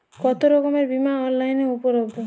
কতোরকমের বিমা অনলাইনে উপলব্ধ?